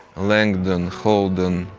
langdon, holden,